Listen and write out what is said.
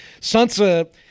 Sansa